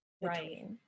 Right